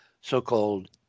so-called